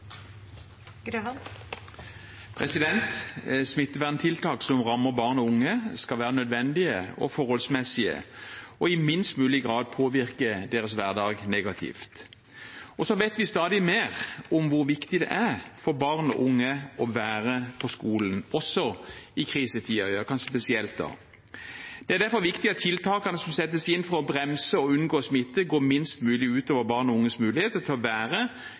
salen. Smitteverntiltak som rammer barn og unge, skal være nødvendige og forholdsmessige og i minst mulig grad påvirke deres hverdag negativt. Så vet vi stadig mer om hvor viktig det er for barn og unge å være på skolen, også i krisetider – ja, kanskje spesielt da. Det er derfor viktig at tiltakene som settes inn for å bremse og unngå smitte, går minst mulig ut over barn og unges muligheter til å være